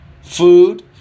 food